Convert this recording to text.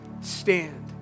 Stand